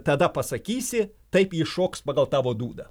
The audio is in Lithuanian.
tada pasakysi taip ji šoks pagal tavo dūdą